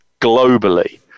globally